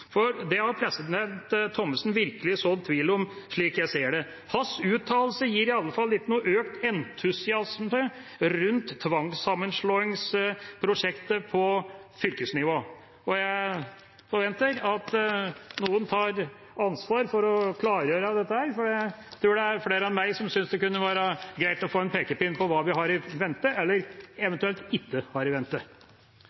– det var, president, til Kjenseth personlig. Dette har president Thommessen virkelig sådd tvil om, slik jeg ser det. Hans uttalelse gir i alle fall ikke økt entusiasme rundt tvangssammenslåingsprosjektet på fylkesnivå. Jeg forventer at noen tar ansvar for å klargjøre dette, for jeg tror det er flere enn meg som synes det kunne være greit å få en pekepinn på hva vi har i vente